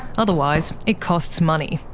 otherwise it costs money,